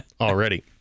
already